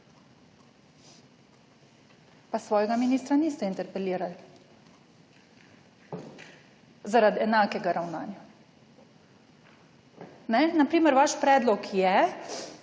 pa svojega ministra niste interpelirali zaradi enakega ravnanja. Na primer vaš predlog je